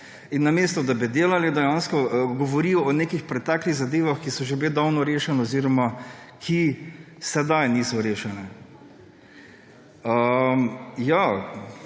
In namesto da bi delali, dejansko govorijo o nekih preteklih zadevah, ki so že bile davno rešene oziroma ki sedaj niso rešene. Upam,